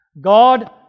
God